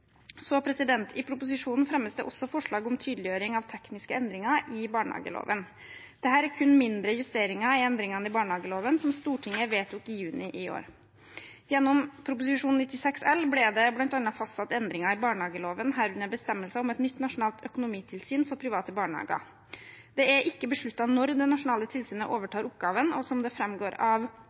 I proposisjonen fremmes det også forslag om tydeliggjøring og tekniske endringer i barnehageloven. Dette er kun mindre justeringer i endringene av barnehageloven som Stortinget vedtok i juni i år. Gjennom Prop. 96 L ble det bl.a. fastsatt endringer i barnehageloven, herunder bestemmelser om et nytt nasjonalt økonomitilsyn for private barnehager. Det er ikke besluttet når det nasjonale tilsynet overtar oppgaven, og som det framgår av